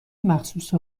مخصوص